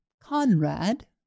Conrad